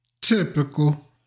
Typical